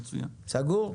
סגור?